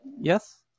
Yes